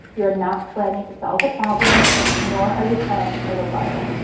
you're not planning to solve the problem nor are you planning a rebuttal.